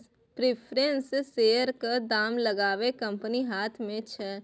preference शेयरक दाम लगाएब कंपनीक हाथ मे छै